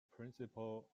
principle